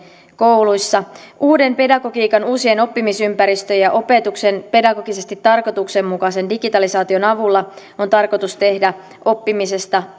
kouluissa uuden pedagogiikan uusien oppimisympäristöjen ja opetuksen pedagogisesti tarkoituksenmukaisen digitalisaation avulla on tarkoitus tehdä oppimisesta